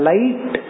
Light